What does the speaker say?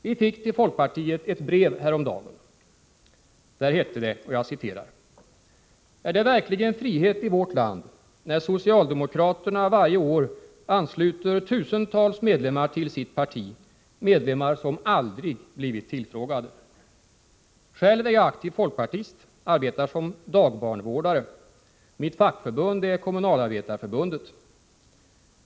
Vi fick till folkpartiet ett brev häromdagen, där det hette: ”Är det verkligen frihet i vårt land när socialdemokraterna varje år ansluter tusentals medlemmar till sitt parti, medlemmar som aldrig blivit tillfrågade. Själv är jag aktiv folkpartist, arbetar som dagbarnvårdare. Mitt fackförbund är Kommunalarbetarförbundet.